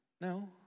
No